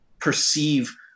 perceive